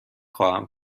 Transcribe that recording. خواهم